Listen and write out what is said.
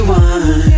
one